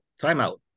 Timeout